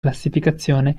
classificazione